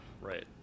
Right